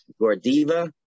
Gordiva